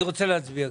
אני רוצה להצביע.